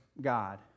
God